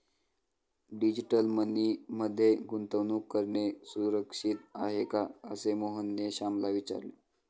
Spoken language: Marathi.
डिजिटल मनी मध्ये गुंतवणूक करणे सुरक्षित आहे का, असे मोहनने श्यामला विचारले